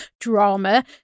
drama